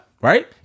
Right